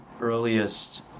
earliest